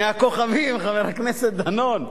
מהכוכבים, חבר הכנסת דנון.